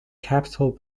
capital